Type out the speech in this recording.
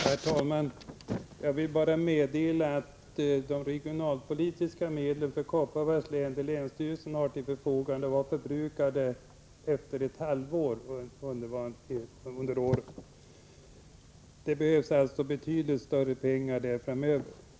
Herr talman! Jag vill bara meddela att de regionalpolitiska medel som länsstyrelsen i Kopparbergs län hade till förfogande var förbrukade efter ett halvår. Det behövs alltså betydligt större belopp framöver.